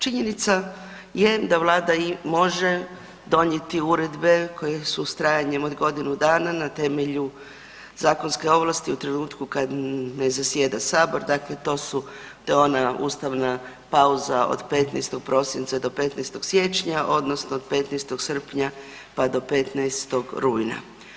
Činjenica je da Vlada i može donijeti uredbe koje su s trajanjem od godinu dana na temelju zakonske ovlasti u trenutku kad ne zasjeda Sabor, dakle, to je ona ustavna pauza od 15. prosinca do 15. siječanja odnosno od 15. srpnja pa do 15. rujna.